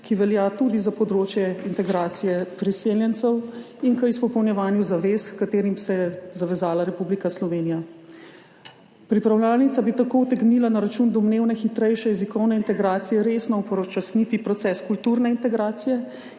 ki velja tudi za področje integracije priseljencev, in k izpolnjevanju zavez, h katerim se je zavezala Republika Slovenija. Pripravljalnica bi tako utegnila na račun domnevne hitrejše jezikovne integracije resno upočasniti proces kulturne integracije,